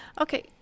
okay